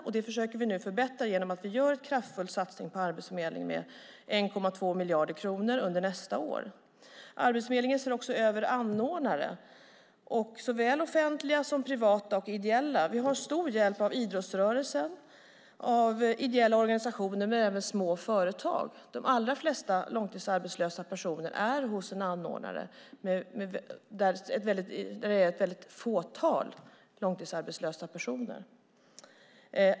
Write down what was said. Detta försöker vi nu förbättra genom att göra en kraftfull satsning på Arbetsförmedlingen med 1,2 miljarder kronor under nästa år. Arbetsförmedlingen ser också över anordnare, såväl offentliga som privata och ideella. Vi har stor hjälp av idrottsrörelsen och av ideella organisationer men även av små företag. De allra flesta långtidsarbetslösa är hos en anordnare där det finns ett fåtal långtidsarbetslösa personer.